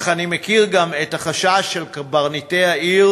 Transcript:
אך אני מכיר גם את החשש של קברניטי העיר